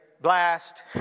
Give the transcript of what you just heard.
blast